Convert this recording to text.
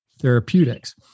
therapeutics